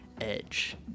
edge